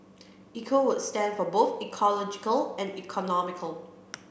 Eco would stand for both ecological and economical